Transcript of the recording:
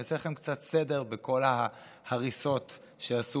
אני אעשה לכם קצת סדר בכל ההריסות שעשו